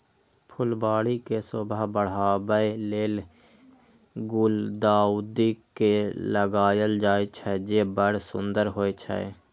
फुलबाड़ी के शोभा बढ़ाबै लेल गुलदाउदी के लगायल जाइ छै, जे बड़ सुंदर होइ छै